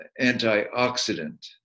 antioxidant